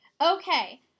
Okay